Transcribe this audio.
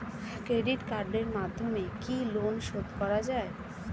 Credit কার্ডের মাধ্যমে কি লোন শোধ করা যায়?